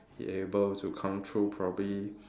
be able to come through probably